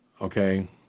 okay